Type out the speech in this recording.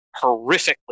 horrifically